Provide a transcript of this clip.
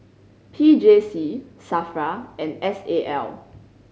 P J C SAFRA and S A L